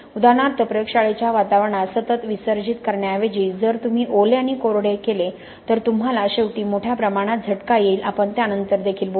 उदाहरणार्थ प्रयोगशाळेच्या वातावरणात सतत विसर्जित करण्याऐवजी जर तुम्ही ओले आणि कोरडे केले तर तुम्हाला शेवटी मोठ्या प्रमाणात झटका येईल आपण त्याबद्दल नंतर देखील बोलू